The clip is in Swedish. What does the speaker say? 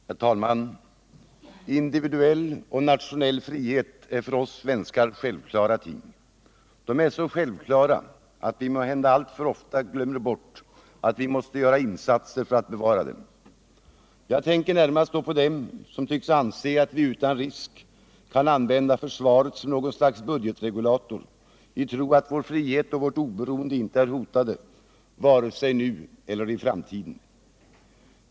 Herr talman! Individuell och nationell frihet är för oss svenskar självklara ting. De är så självklara att vi måhända alltför lätt glömmer bort att vi måste göra insatser för att bevara dem. Jag tänker då närmast på dem som tycks anse att vi utan risk kan använda försvaret som något slags budgetregulator i tro att vår frihet och vårt oberoende inte är hotade — vare sig nu eller i framtiden.